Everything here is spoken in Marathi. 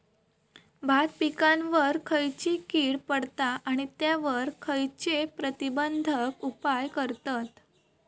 भात पिकांवर खैयची कीड पडता आणि त्यावर खैयचे प्रतिबंधक उपाय करतत?